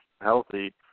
healthy